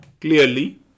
clearly